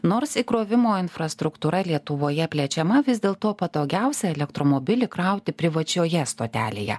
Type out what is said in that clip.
nors įkrovimo infrastruktūra lietuvoje plečiama vis dėl to patogiausia elektromobilį krauti privačioje stotelėje